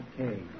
okay